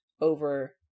over